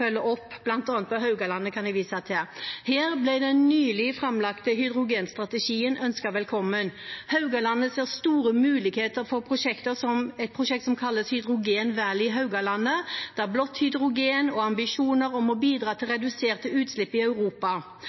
opp, bl.a. på Haugalandet, som jeg kan vise til. Her ble den nylig framlagte hydrogenstrategien ønsket velkommen. Haugalandet ser store muligheter for et prosjekt som kalles Hydrogen Valley på Haugalandet, med blått hydrogen og ambisjoner om å bidra til reduserte utslipp i Europa.